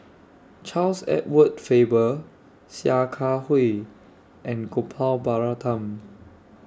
Charles Edward Faber Sia Kah Hui and Gopal Baratham